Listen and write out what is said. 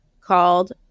called